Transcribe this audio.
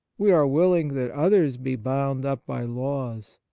we are willing that others be bound up by laws,